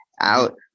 out